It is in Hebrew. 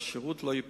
שהשירות לא ייפגע.